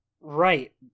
Right